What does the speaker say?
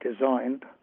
designed